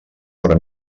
fora